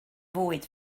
fwyd